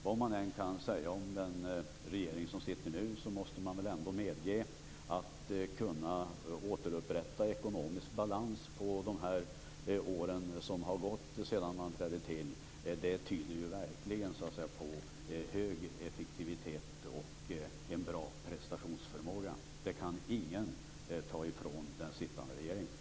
Vad man än kan säga om den regering som sitter nu måste man väl ändå medge att det verkligen tyder på hög effektivitet och en bra prestationsförmåga att den har kunnat återupprätta ekonomisk balans under de år som har gått sedan den trädde till. Det kan ingen ta ifrån den sittande regeringen.